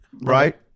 right